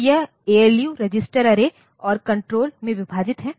तो यह ALU register array और कण्ट्रोल में विभाजित है